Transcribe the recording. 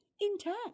intact